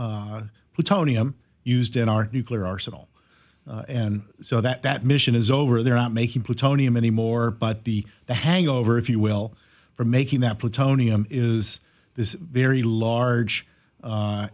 plutonium used in our nuclear arsenal and so that mission is over there not making plutonium any more but the the hangover if you will for making that plutonium is this very large